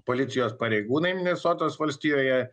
policijos pareigūnai minesotos valstijoje